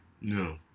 No